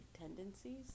tendencies